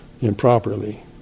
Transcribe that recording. improperly